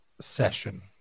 session